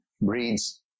breeds